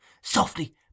Softly